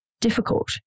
difficult